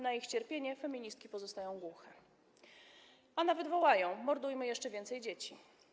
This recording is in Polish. Na ich cierpienie feministki pozostają głuche, a nawet wołają: mordujmy jeszcze więcej dzieci.